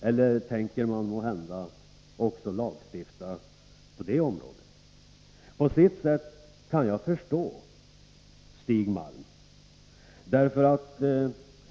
Eller tänker man måhända lagstifta också på detta område? På sätt och vis kan jag förstå Stig Malm.